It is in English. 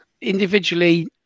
individually